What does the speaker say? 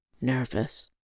Nervous